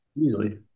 Easily